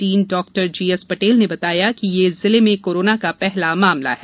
dean डॉ GS Patel ने बताया कि ये जिले में करोना का पहला मामला है